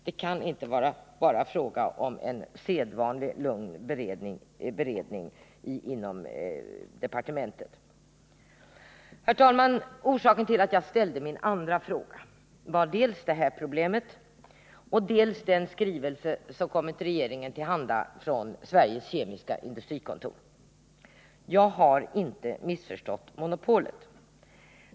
Det kan inte bara vara fråga om en sedvanlig lugn beredning inom departementet. Herr talman! Orsaken till att jag ställde min andra fråga var dels detta problem, dels den skrivelse som kommit regeringen till handa från Sveriges Kemiska Industrikontor. Jag har inte missförstått monopolet.